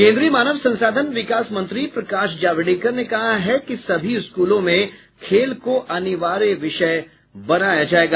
केन्द्रीय मानव संसाधन विकास मंत्री प्रकाश जावडेकर ने कहा है कि सभी स्कूलों में खेलो को अनिवार्य विषय बनाया जायेगा